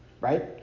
right